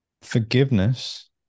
forgiveness